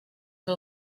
que